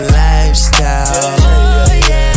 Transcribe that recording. lifestyle